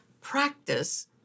practice